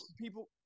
People